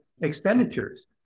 expenditures